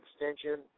extension